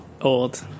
Old